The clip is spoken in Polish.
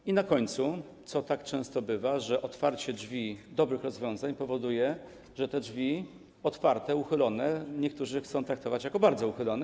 I na końcu: tak często bywa, że otwarcie drzwi do dobrych rozwiązań powoduje, że te drzwi, otwarte, uchylone, niektórzy chcą traktować jako bardzo uchylone.